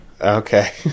okay